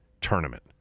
tournament